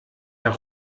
der